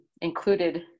included